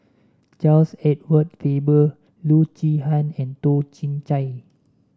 Charles Edward Faber Loo Zihan and Toh Chin Chye